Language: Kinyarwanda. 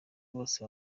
bose